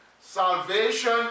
Salvation